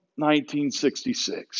1966